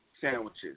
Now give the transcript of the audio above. sandwiches